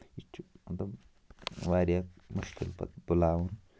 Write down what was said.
یہِ چھُ مطلب واریاہ مُشکِل پَتہٕ بُلاوُن